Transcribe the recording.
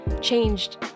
changed